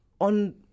on